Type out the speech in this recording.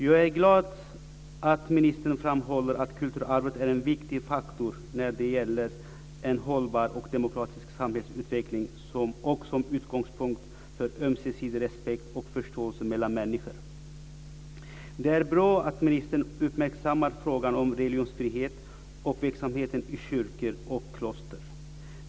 Jag är glad att ministern framhåller att kulturarvet är en viktig faktor när det gäller en hållbar och demokratisk samhällsutveckling och som utgångspunkt för ömsesidig respekt och förståelse mellan människor. Det är bra att ministern uppmärksammar frågan om religionsfrihet och verksamheten i kyrkor och kloster.